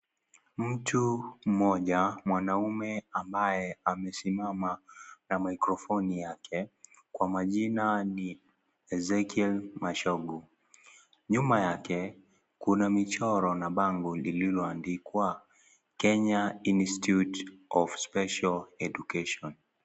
Mtu mmoja mwanaume ambaye amesimama na maikrofoni yake kwa majina ni Ezekiel Machogu nyuma yake kuna michoro na bango lililoandikwa Kenya Institute of Special Education.